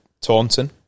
Taunton